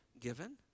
given